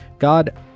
God